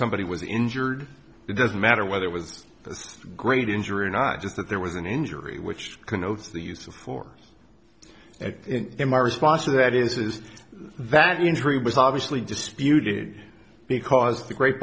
somebody was injured it doesn't matter whether it was great injury or not just that there was an injury which connotes the use of force and then my response to that is is that injury was obviously disputed because the great